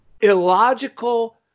illogical